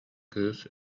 кыыс